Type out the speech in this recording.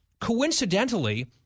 coincidentally